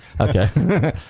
Okay